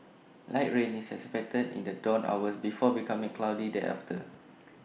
light rain is expected in the dawn hours before becoming cloudy thereafter